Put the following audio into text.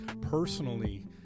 Personally